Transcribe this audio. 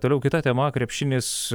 toliau kita tema krepšinis